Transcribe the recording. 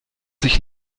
sich